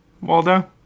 Waldo